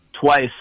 twice